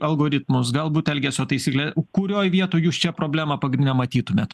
algoritmus galbūt elgesio taisyklę kurioj vietoj jūs čia problemą pagrindinę matytumėt